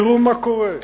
תראו מה קורה.